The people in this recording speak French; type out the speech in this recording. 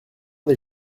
des